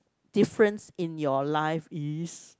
difference in your life is